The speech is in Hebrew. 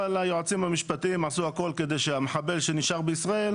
אבל היועצים המשפטיים עשו הכול כדי שהמחבל שנשאר בישראל,